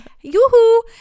Yoo-hoo